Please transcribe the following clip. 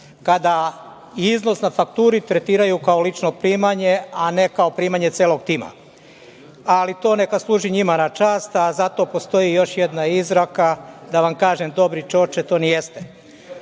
Kada iznos na fakturi tretiraju kao lično primanje, a ne kao primanje celog tima, ali to neka služi njima na čast. Zato postoji još jedna izreka – da vam kažem dobri čoče to nijeste. Dalje,